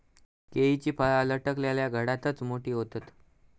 केळीची फळा लटकलल्या घडातच मोठी होतत